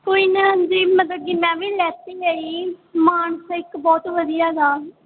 ਕੋਈ ਨਾ ਜੇ ਮਤਲਬ ਕਿ ਮੈਂ ਵੀ ਲੈਤੀ ਹੈ ਜੀ ਮਾਨਸਾ ਇੱਕ ਬਹੁਤ ਵਧੀਆ ਗਾ